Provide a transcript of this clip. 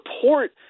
support